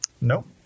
Nope